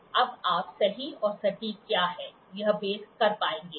अब आप सही और सटीक क्या है यह भेद कर पाएंगे